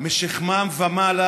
משכמם ומעלה,